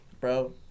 bro